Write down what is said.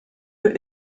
für